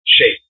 shape